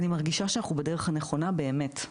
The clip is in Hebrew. ואני מרגישה שאנחנו בדרך הנכונה באמת.